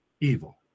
evil